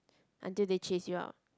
until they chase you out